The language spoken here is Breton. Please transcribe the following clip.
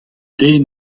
den